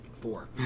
Four